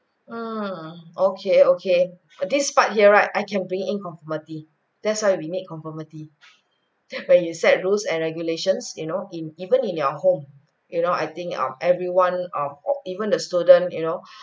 mm okay okay this part here right I can be in conformity thats why we need conformity where you set rules and regulations you know in even in your home you know I think um everyone um even the student you know